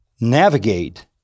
navigate